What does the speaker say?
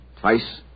Twice